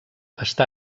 està